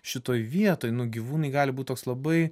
šitoj vietoj nu gyvūnai gali būti toks labai